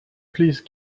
please